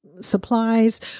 supplies